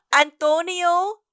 Antonio